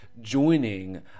joining